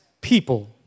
people